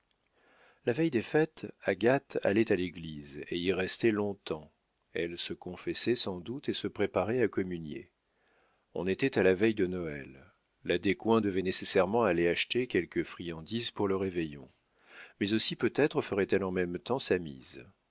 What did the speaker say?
la veille des fêtes agathe allait à l'église et y restait longtemps elle se confessait sans doute et se préparait à communier on était à la veille de noël la descoings devait nécessairement aller acheter quelques friandises pour le réveillon mais aussi peut-être ferait-elle en même temps sa mise